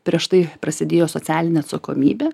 prieš tai prasidėjo socialinė atsakomybė